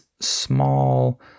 small